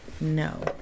no